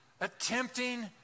attempting